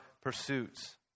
pursuits